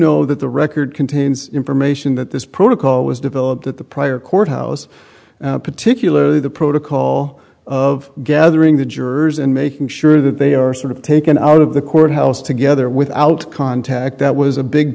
know that the record contains information that this protocol was developed that the prior courthouse particularly the protocol of gathering the jurors and making sure that they are sort of taken out of the courthouse together without contact that was a big